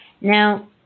Now